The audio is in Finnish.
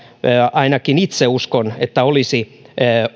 ainakin itse uskon olisi